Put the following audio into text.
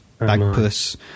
Bagpuss